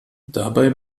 dabei